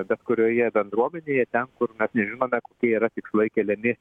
bet kurioje bendruomenėje ten kur mes nežinome kokie yra tikslai keliami